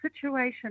situation